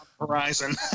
horizon